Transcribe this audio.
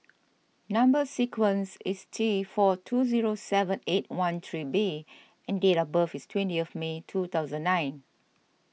Number Sequence is T four two zero seven eight one three B and date of birth is twenty May two thousand and nine